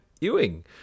Ewing